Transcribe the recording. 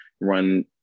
run